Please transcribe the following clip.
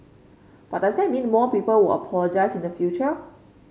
but does that mean more people will apologise in the future